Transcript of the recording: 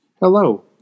Hello